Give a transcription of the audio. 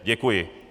Děkuji.